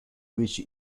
which